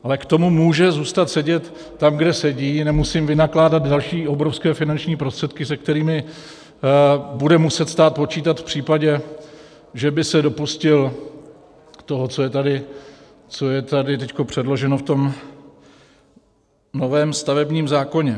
Ale k tomu může zůstat sedět tam, kde sedí, nemusím vynakládat další obrovské finanční prostředky, se kterými bude muset stát počítat v případě, že by se dopustil toho, co je tady teď předloženo v novém stavebním zákoně.